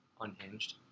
unhinged